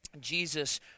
Jesus